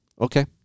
Okay